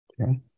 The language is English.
Okay